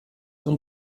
und